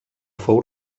fou